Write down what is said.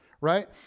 right